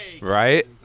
right